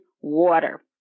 water